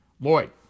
Lloyd